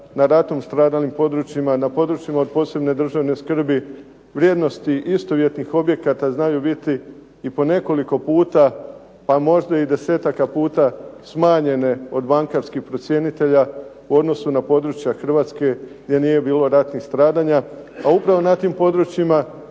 na ratom stradalim područjima, na područjima od posebne državne skrbi. Vrijednosti istovjetnih objekata znaju biti i po nekoliko puta, pa možda i desetaka puta smanjene od bankarskih procjenitelja u odnosu na područja Hrvatske gdje nije bilo ratnih stradanja. A upravo na tim područjima